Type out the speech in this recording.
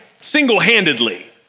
single-handedly